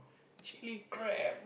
chilli crab